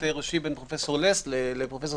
ראשי בין פרופסור לס לפרופסור סדצקי.